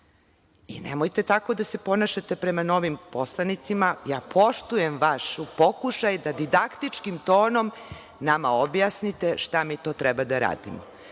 znanja. Nemojte tako da se ponašate prema novim poslanicima. Ja poštujem vaš pokušaj da didaktičkim tonom nama objasnite šta mi to treba da radimo.